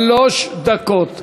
שלוש דקות.